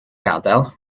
gadael